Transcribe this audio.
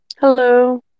Hello